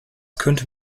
könnte